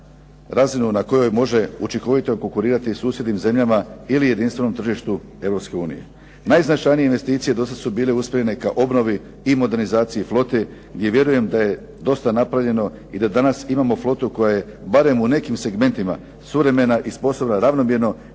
razinu na kojoj može učinkovito konkurirati susjednim zemljama ili jedinstvenom tržištu Europske unije. Najznačajnije investicije do sada su bile usmjerene ka obnovi i modernizaciji flote, gdje vjerujem da je dosta napravljeno i da danas imamo flotu koja je barem u nekim segmentima suvremena i sposobna ravnomjerno